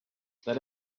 they